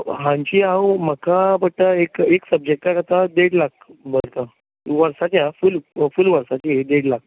हांची हांव म्हाका पडटा एक एक सबजेकटाक आतां देड लाख भरता वर्साचे आं फूल फूल वर्साचे देड लाख